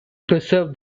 preserve